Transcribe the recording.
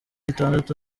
itandatu